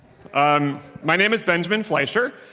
um my name is benjamin fleischer.